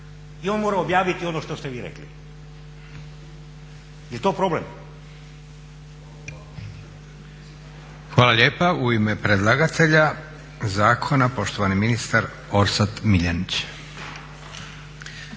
I on mora objaviti ono što ste vi rekli. Jer to problem? **Leko, Josip (SDP)** Hvala lijepa. U ime predlagatelja zakona poštovani ministar Orsat Miljenić.